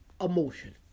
Emotion